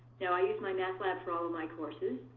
now i use mymathlab for all my courses.